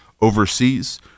overseas